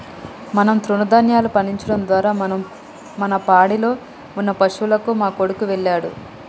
మనం తృణదాన్యాలు పండించడం ద్వారా మనం మన పాడిలో ఉన్న పశువులకు మా కొడుకు వెళ్ళాడు